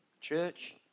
Church